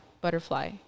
butterfly